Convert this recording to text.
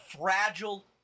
fragile